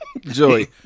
Joey